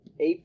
AP